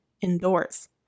indoors